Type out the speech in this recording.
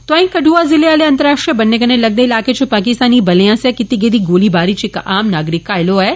तोआई कठ्आ जिले आले अंतर्राष्ट्रीय बन्नै कन्नै लगदे इलाकें च पाकिस्तानी बलें आस्सेया कीती गेदी गोलीबारी च इक आम नागरिक घायल होआ ऐ